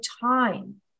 time